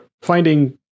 finding